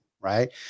Right